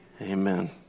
Amen